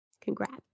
Congrats